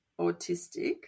autistic